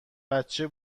بچه